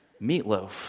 meatloaf